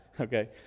okay